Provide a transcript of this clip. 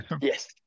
yes